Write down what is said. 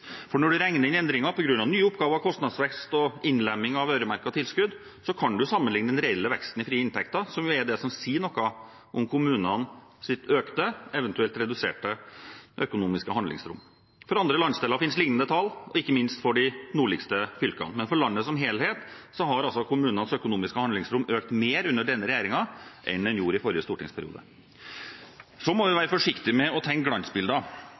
Når man regner inn endringer på grunn av nye oppgaver, kostnadsvekst og innlemming av øremerkede tilskudd, kan man sammenlikne den reelle veksten i frie inntekter, som jo er det som sier noe om kommunenes økte – eventuelt reduserte – økonomiske handlingsrom. For andre landsdeler finnes liknende tall, ikke minst for de nordligste fylkene. For landet som helhet har kommunenes økonomiske handlingsrom økt mer under denne regjeringen enn det gjorde i forrige stortingsperiode. Så må vi være forsiktige med å tegne glansbilder.